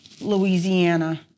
Louisiana